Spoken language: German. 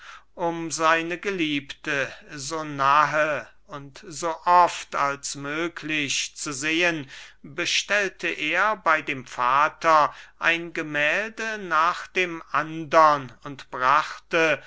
um seine geliebte so nahe und so oft als möglich zu sehen bestellte er bey dem vater ein gemählde nach dem andern und brachte